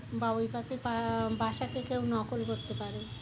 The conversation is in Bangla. বাবুই পাখির পা বাসাকে কেউ নকল করতে পারেনি